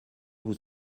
vous